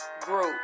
group